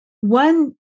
One